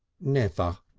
never!